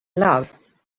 love